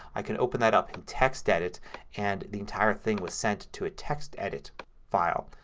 i can open that up in textedit and the entire thing was sent to a textedit file.